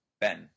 Ben